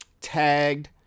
tagged